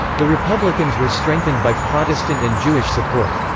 the republicans were strengthened by protestant and jewish support.